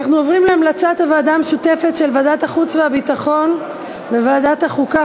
אנחנו עוברים להמלצת הוועדה המשותפת של ועדת החוץ והביטחון וועדת החוקה,